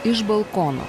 iš balkono